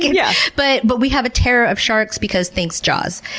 yeah but but we have a terror of sharks because, thanks jaws.